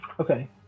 Okay